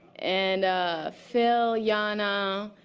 and phil, yana,